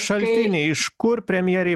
šaltiniai iš kur premjerei